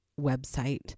website